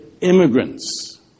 immigrants